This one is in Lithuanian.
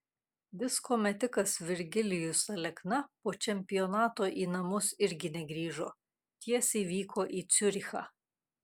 disko metikas virgilijus alekna po čempionato į namus irgi negrįžo tiesiai vyko į ciurichą